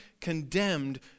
condemned